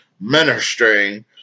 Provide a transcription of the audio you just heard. ministering